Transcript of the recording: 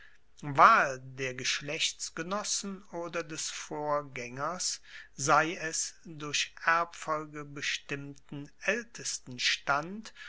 wahl der geschlechtsgenossen oder des vorgaengers sei es durch erbfolge bestimmten aeltesten stand